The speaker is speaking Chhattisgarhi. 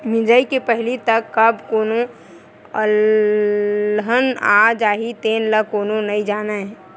मिजई के पहिली तक कब कोनो अलहन आ जाही तेन ल कोनो नइ जानय